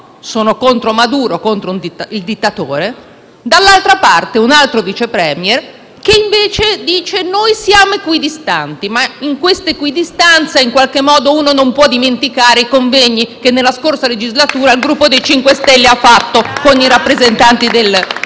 sono contro Maduro, il dittatore"; dall'altra parte, un altro Vice *Premier* che invece dice "noi siamo equidistanti", ma in questa equidistanza non si possono dimenticare i convegni che nella scorsa legislatura il Gruppo MoVimento 5 Stelle ha fatto con i rappresentanti del